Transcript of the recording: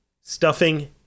stuffing